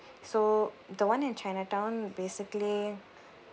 so the one in chinatown basically